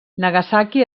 nagasaki